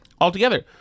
altogether